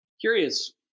Curious